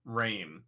rain